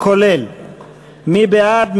מי בעד?